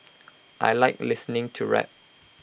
I Like listening to rap